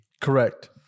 Correct